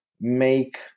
make